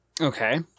Okay